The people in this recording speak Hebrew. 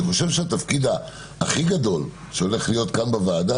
אני חושב שהתפקיד הכי גדול שהולך להיות כאן בוועדה,